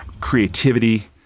creativity